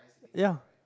ya